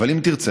אבל מי שירצה,